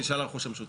או פלישה לרכוש משותף.